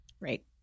right